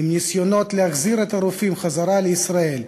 עם ניסיונות להחזיר את הרופאים לישראל,